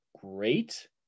great